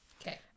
Okay